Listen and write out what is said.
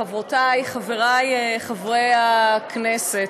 חברותי, חברי חברי הכנסת,